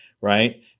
right